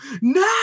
no